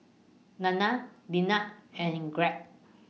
Nanna Linnea and Gregg